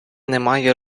немає